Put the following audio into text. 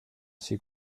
suis